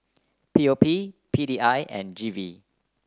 P O P P D I and G V